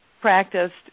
practiced